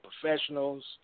professionals